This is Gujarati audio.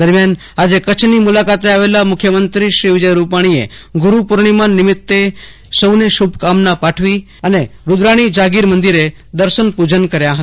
દરમિયાન આજે કચ્છની મુલાકાતે આવેલ મુખ્યમંત્રો શ્રી વિજય રૂપાણીએ ગુરૂપૂર્ણિમા નિમિતે સૌને શૂભકામના પાઠવી અને રૂદાણી મંદિરે દર્શન પૂજન કર્યા હતા